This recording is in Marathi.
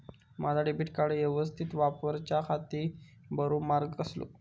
माजा डेबिट कार्ड यवस्तीत वापराच्याखाती बरो मार्ग कसलो?